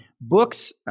Books